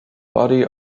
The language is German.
body